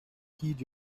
heed